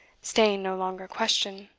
staying no longer question.